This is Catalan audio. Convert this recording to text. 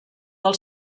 del